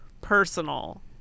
personal